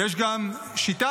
ויש גם שיטה,